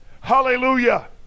Hallelujah